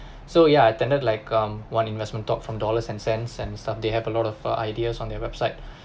so ya attended like um one investment talk from dollars and cents and stuff they have a lot of for ideas on their website